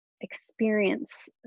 experience